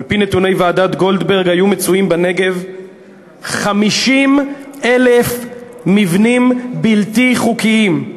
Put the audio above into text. על-פי נתוני ועדת גולדברג היו מצויים בנגב 50,000 מבנים בלתי חוקיים.